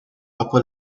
upper